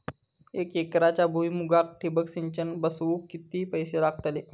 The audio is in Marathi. एक एकरच्या भुईमुगाक ठिबक सिंचन बसवूक किती पैशे लागतले?